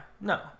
no